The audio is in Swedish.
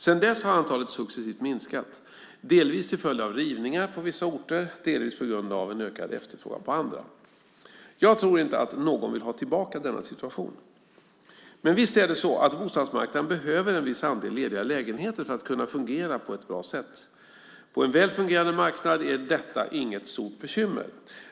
Sedan dess har antalet successivt minskat, delvis till följd av rivningar på vissa orter, delvis på grund av en ökad efterfrågan på andra. Jag tror inte att någon vill ha tillbaka denna situation. Men visst är det så att bostadsmarknaden behöver en viss andel lediga lägenheter för att kunna fungera på ett bra sätt. På en väl fungerande marknad är detta inget stort bekymmer.